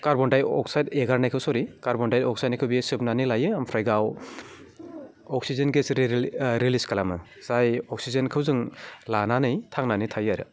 carbon dioxide एंगारनायखौ सरि carbon dioxide हगारनायखौ बियो सोबनानै लायो ओमफ्राय गाव अक्सिजेन गेस रिलिज खालामो जाय अक्सिजेनखौ जों लानानै थांनानै थायो आरो